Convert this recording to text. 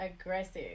aggressive